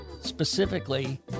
Specifically